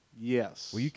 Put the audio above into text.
Yes